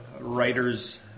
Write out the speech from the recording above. writers